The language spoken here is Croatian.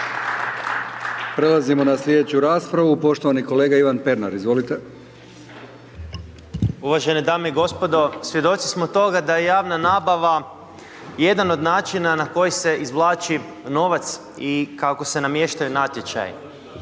Prelazimo na sljedeću raspravu, poštovani kolega Ivan Pernar, izvolite. **Pernar, Ivan (Živi zid)** Uvažene dame i gospodo, svjedoci smo toga, da je javna nabava, jedna od načina na koji se izvlači novac i kako se namještaju natječaji.